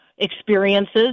experiences